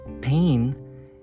pain